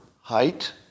height